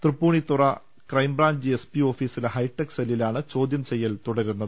Tripunithura crime branch S P ഓഫീസിലെ hitech സെല്ലിലാണ് ചോദ്യം ചെയ്യൽ തുട രുന്നത്